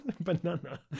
Banana